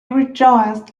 rejoiced